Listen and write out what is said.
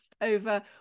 over